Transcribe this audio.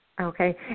Okay